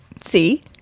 See